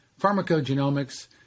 pharmacogenomics